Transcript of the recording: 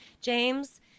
James